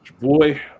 Boy